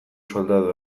soldadu